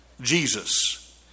Jesus